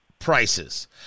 Prices